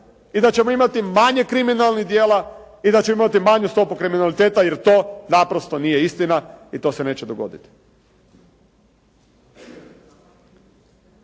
i da ćemo imati manje kriminalnih djela i da ćemo imati manju stopu kriminaliteta, jer to naprosto nije istina i to se neće dogoditi.